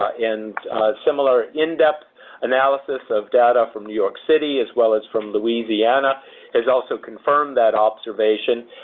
and similar in-depth analysis of data from new york city as well as from louisiana has also confirmed that observation.